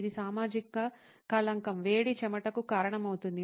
ఇది సామాజిక కళంకం వేడి చెమటకు కారణమవుతుంది